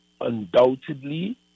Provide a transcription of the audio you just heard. undoubtedly